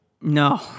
No